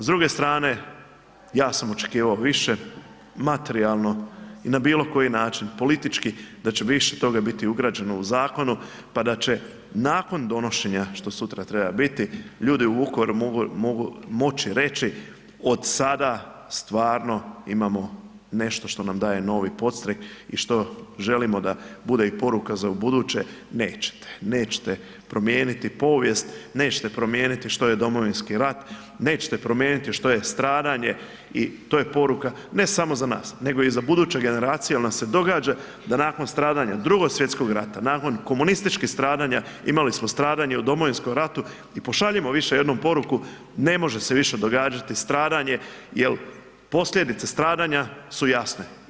S druge strane ja sam očekivao više, materijalno i na bilo koji način, politički da će više toga biti ugrađeno u zakonu pa da će nakon donošenja što sutra treba biti ljudi u Vukovaru mogu moći reći od sada stvarno imamo nešto što nam daje novi podstrek i što želimo da bude i poruka za ubuduće, nećete, nećete promijeniti povijest, nećete promijeniti što je Domovinski rat, nećete promijeniti što je stradanje i to je poruka ne samo za nas nego i za buduće generacije jel nam se događa da nakon stradanja, Drugog svjetskog rata, nakon komunističkih stradanja imali smo stradanje i u Domovinskom ratu i pošaljimo više jednom poruku ne može se više događati stradanje jel posljedice stradanja su jasne.